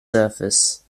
surface